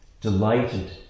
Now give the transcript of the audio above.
delighted